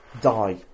die